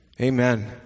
Amen